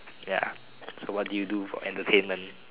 ya so what do you do for entertainment